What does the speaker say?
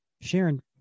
Sharon